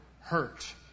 hurt